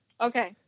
Okay